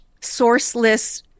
sourceless